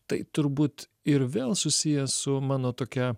tai turbūt ir vėl susiję su mano tokia